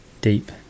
deep